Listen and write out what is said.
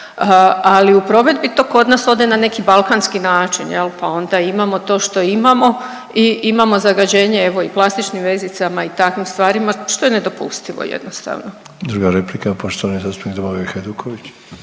ali u provedbi to kod nas ode na neki balkanski način, pa onda imamo to što imamo i imamo zagađenje evo i plastičnim vezicama i takvim stvarima što je nedopustivo jednostavno. **Sanader, Ante (HDZ)** Druga replika